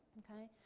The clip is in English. okay?